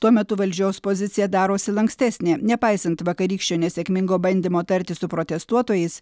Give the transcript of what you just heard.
tuo metu valdžios pozicija darosi lankstesnė nepaisant vakarykščio nesėkmingo bandymo tartis su protestuotojais